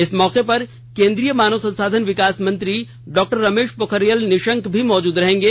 इस मौके पर केंद्रीय मानव संसाधन विकास मंत्री डॉक्टर रमेश पोखरियाल निसंक भी मौजूद रहेंगे